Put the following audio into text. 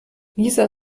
nieser